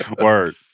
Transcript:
word